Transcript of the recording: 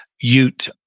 Ute